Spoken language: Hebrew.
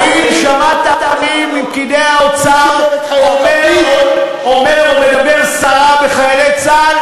האם שמעת מי מפקידי האוצר אומר ומדבר סרה בחיילי צה"ל?